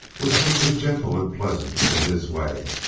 was just as gentle and pleasant in his way,